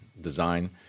design